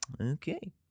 Okay